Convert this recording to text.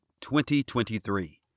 2023